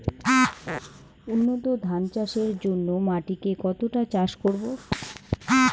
উন্নত ধান চাষের জন্য মাটিকে কতটা চাষ করব?